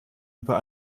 über